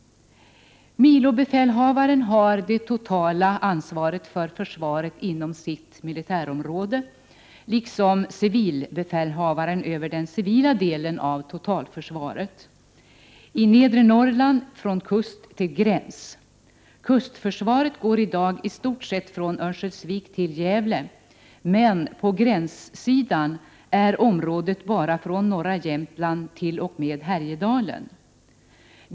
Milobefälhavaren har det totala ansvaret för försvaret inom sitt militärområde, liksom civilbefälhavaren över den civila delen av totalförsvaret — i Nedre Norrland från kust till gräns. Kustförsvaret går i dag i stort sett från Örnsköldsvik till Gävle, men på gränssidan är området bara från norra Jämtland t.o.m. Härjedalen.